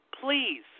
please